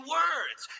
words